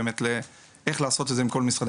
מחשבה על איך לעשות את זה עם כל משרדי